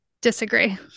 Disagree